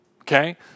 okay